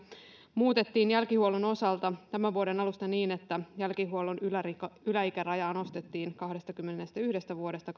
muutettiin jälkihuollon osalta tämän vuoden alusta niin että jälkihuollon yläikärajaa nostettiin kahdestakymmenestäyhdestä vuodesta